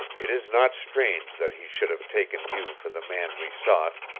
it is not strange that he should have taken you for the man we sought,